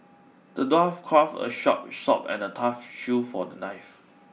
the dwarf crafted a sharp sword and a tough shield for the knight